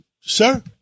sir